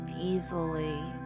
easily